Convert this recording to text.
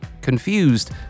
Confused